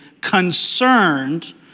concerned